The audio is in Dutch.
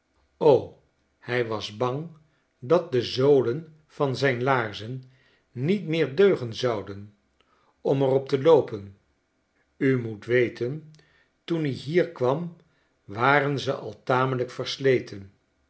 hij was bang dat de zolen van zijn laarzen niet meer deugen zouden om eropte loopen u moet weten toen ihierkwam waren ze al tamelijk versleten